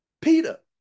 Peter